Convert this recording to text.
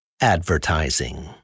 advertising